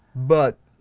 but,